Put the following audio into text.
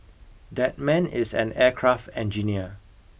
that man is an aircraft engineer